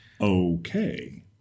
Okay